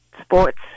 sports